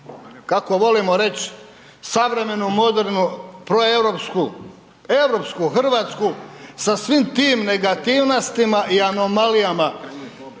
kako volimo reć savremenu modernu proeuropsku, europsku RH sa svim tim negativnostima i anomalijama.